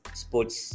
sports